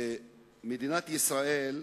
במדינת ישראל,